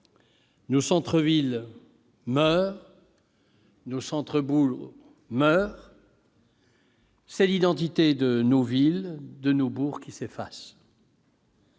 nos centres-villes, nos centres-bourgs meurent, et c'est l'identité de nos villes et de nos bourgs qui s'efface